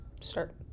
Start